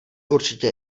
určitě